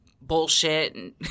bullshit